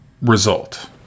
result